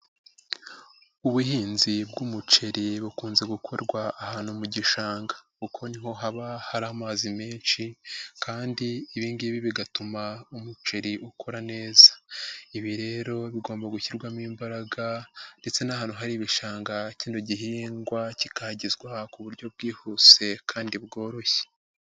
Ubuhinzi bw'umuceri bukunze gukorwa ahantu mu gishanga kuko niho haba hari amazi menshi kandi ibi ngibi bigatuma umuceri ukura neza. Ibi rero bigomba gushyirwamo imbaraga ndetse n'ahantu hari ibishanga kino gihingwa kikahagezwa ku buryo bwihuse kandi bworoshye.